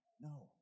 no